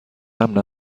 امن